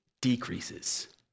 decreases